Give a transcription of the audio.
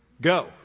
Go